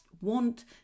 want